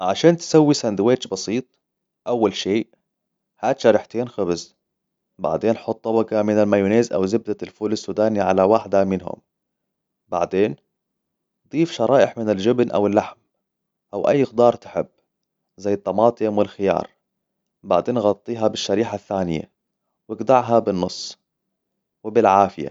عشان تسوي سندويتش بسيط ، أول شيء، هاد شريحتين خبز، بعدين حطو وجهه مايونيز أو زبدة الفول السودانية على واحدة منهم، بعدين ضيف شرائح من الجبن أو اللحم، أو أي خضار تحب، زي الطماطم والخيار ، بعدين غطيها بالشريحة الثانية، وإقطعها بالنص، وبالعافية.